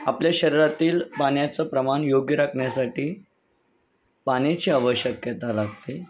आपल्या शरीरातील पाण्याचं प्रमाण योग्य राखण्यासाठी पाण्याची आवश्यकता लागते